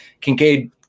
Kincaid